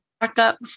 backup